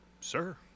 sir